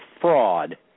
fraud